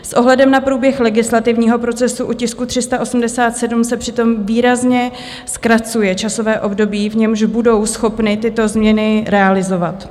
S ohledem na průběh legislativního procesu u tisku 387 se přitom výrazně zkracuje časové období, v němž budou schopny tyto změny realizovat.